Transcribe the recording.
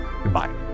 Goodbye